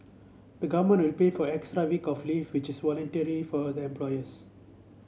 the Government will pay for extra week of leave which is voluntary for the employers